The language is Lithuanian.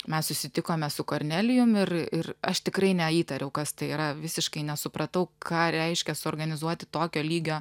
mes susitikome su kornelijum ir ir aš tikrai neįtariau kas tai yra visiškai nesupratau ką reiškia suorganizuoti tokio lygio